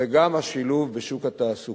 וגם השילוב בשוק התעסוקה.